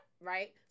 right